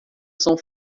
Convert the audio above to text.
são